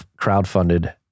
crowdfunded